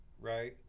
Right